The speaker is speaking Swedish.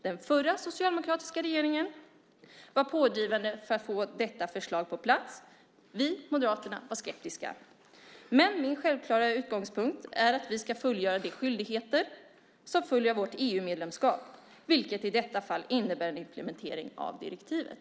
Den förra socialdemokratiska regeringen var pådrivande för att få detta förslag på plats. Vi moderater var skeptiska. Min självklara utgångspunkt är emellertid att vi ska fullgöra de skyldigheter som följer av vårt EU-medlemskap, vilket i detta fall innebär implementering av direktivet.